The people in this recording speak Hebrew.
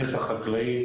שטח חקלאי,